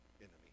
enemy